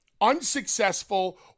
unsuccessful